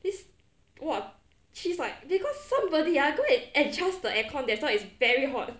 this !wah! she's like because somebody ah go and adjust the aircon that's why it's very hot